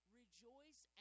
rejoice